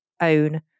own